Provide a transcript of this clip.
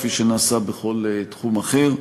כפי שנעשה בכל תחום אחר.